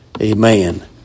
Amen